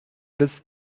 this